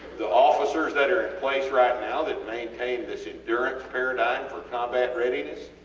the officers that are in place right now that maintain this endurance paradigm for combat readiness.